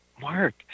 mark